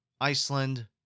Iceland